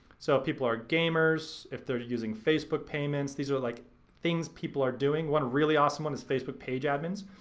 so people are gamers, if they're using facebook payments, these are like things people are doing. one really awesome one is facebook page admins.